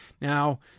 Now